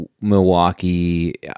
Milwaukee